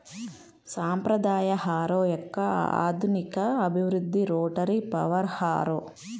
సాంప్రదాయ హారో యొక్క ఆధునిక అభివృద్ధి రోటరీ పవర్ హారో